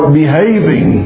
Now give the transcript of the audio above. behaving